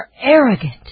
arrogant